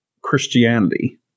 Christianity